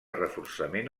reforçament